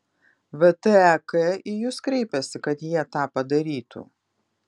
vtek į jus kreipėsi kad jie tą padarytų